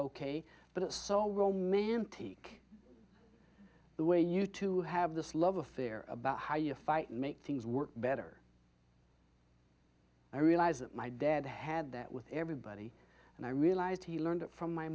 ok but it's so romantic the way you two have this love affair about how you fight make things work better i realized that my dad had that with everybody and i realized he learned it from my